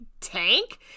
tank